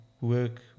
work